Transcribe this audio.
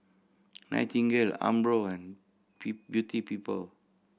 Nightingale Umbro and Beauty People